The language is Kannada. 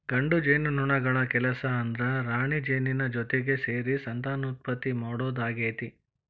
ಗಂಡು ಜೇನುನೊಣಗಳ ಕೆಲಸ ಅಂದ್ರ ರಾಣಿಜೇನಿನ ಜೊತಿಗೆ ಸೇರಿ ಸಂತಾನೋತ್ಪತ್ತಿ ಮಾಡೋದಾಗೇತಿ